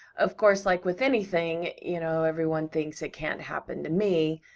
of course, like with anything, you know, everyone thinks, it can't happen to me,